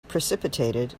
precipitated